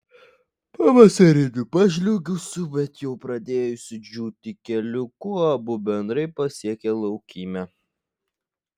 pavasariniu pažliugusiu bet jau pradėjusiu džiūti keliuku abu bendrai pasiekė laukymę